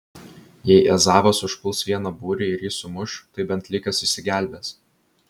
jei ezavas užpuls vieną būrį ir jį sumuš tai bent likęs išsigelbės